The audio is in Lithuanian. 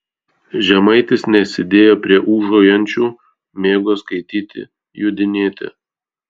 žemaitis nesidėjo prie ūžaujančiųjų mėgo skaityti jodinėti